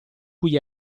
cui